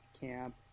camp